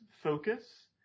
focus